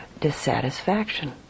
dissatisfaction